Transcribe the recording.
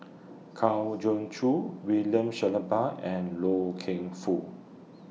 Kwa Geok Choo William Shellabear and Loy Keng Foo